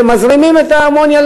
מזרימים את האמוניה.